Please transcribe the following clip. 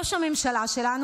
ראש הממשלה שלנו,